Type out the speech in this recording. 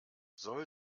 soll